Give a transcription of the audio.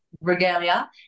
regalia